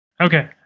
Okay